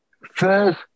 First